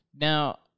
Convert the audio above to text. Now